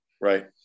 right